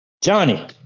Johnny